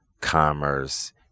commerce